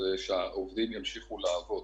הוא שהעובדים ימשיכו לעבוד.